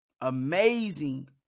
Amazing